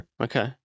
Okay